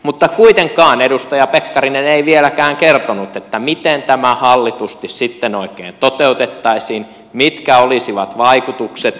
mutta kuitenkaan edustaja pekkarinen ei vieläkään kertonut miten tämä hallitusti sitten oikein toteutettaisiin mitkä olisivat vaikutukset akuutisti